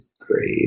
great